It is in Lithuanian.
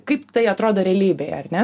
kaip tai atrodo realybėje ar ne